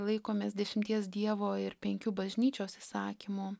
laikomės dešimties dievo ir penkių bažnyčios įsakymų